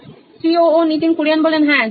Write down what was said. Nitin Kurian C O O নোইন electronics হ্যাঁ